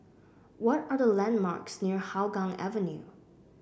what are the landmarks near Hougang Avenue